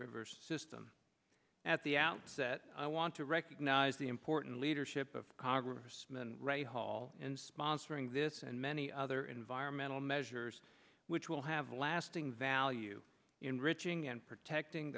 river system at the outset i want to recognize the important leadership of congressman ron paul and sponsoring this and many other environmental measures which will have lasting value enriching and protecting